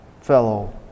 fellow